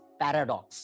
paradox